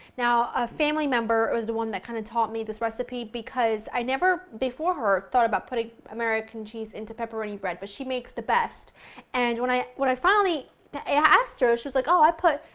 now a family member was the one that kind of taught me this recipe because i never, before her, thought about putting american cheese into pepperoni bread but she makes the best and when i when i finally asked her, she was like oh, i put